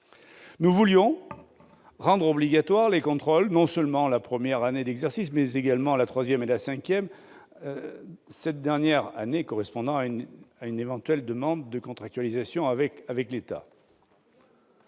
Nous voulions rendre obligatoires les contrôles non seulement la première année d'exercice, mais également la troisième et la cinquième années, une demande de contractualisation avec l'État